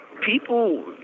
People